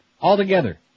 altogether